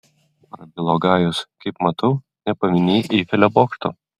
prabilo gajus kaip matau nepaminėjai eifelio bokšto